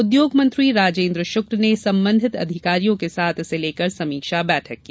उद्योग मंत्री राजेन्द्र शुक्ल ने संबंधित अधिकारियों के साथ इसे लेकर समीक्षा बैठक की